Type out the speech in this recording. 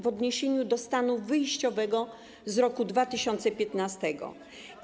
w odniesieniu do stanu wyjściowego z roku 2015.